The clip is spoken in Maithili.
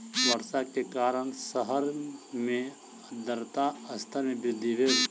वर्षा के कारण शहर मे आर्द्रता स्तर मे वृद्धि भेल